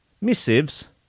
missives